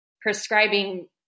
prescribing